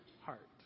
heart